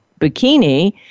bikini